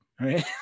right